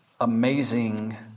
amazing